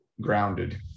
grounded